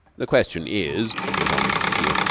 the question is, went on mr. teal,